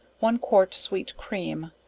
one quart sweet cream,